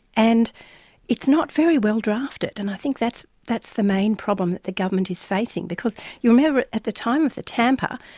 and it's not very well drafted. and i think that's that's the main problem that the government is facing. because, you remember it, at the time of the tampa,